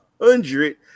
hundred